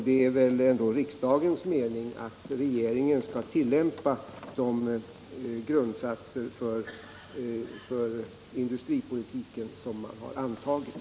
Det är väl ändå riksdagens mening att regeringen skall tillämpa de grundsatser för industripolitiken som man har antagit.